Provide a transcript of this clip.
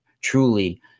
truly